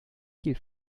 kiel